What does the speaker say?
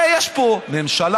הרי יש פה ממשלה,